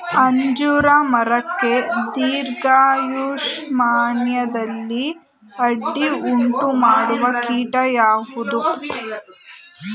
ಅಂಜೂರ ಮರಕ್ಕೆ ದೀರ್ಘಾಯುಷ್ಯದಲ್ಲಿ ಅಡ್ಡಿ ಉಂಟು ಮಾಡುವ ಕೀಟ ಯಾವುದು?